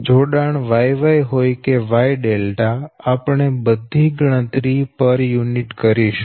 જોડાણ Y Y હોય કે Y આપણે બધી ગણતરી પર યુનિટ કરીશું